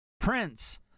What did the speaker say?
Prince